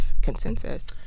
consensus